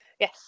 Yes